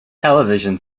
television